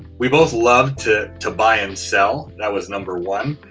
we both loved to to buy and sell, that was number one,